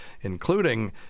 including